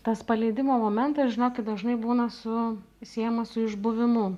tas paleidimo momentas žinokit dažnai būna su siejamas su išbuvimu